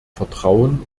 vertrauen